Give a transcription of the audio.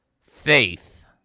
Faith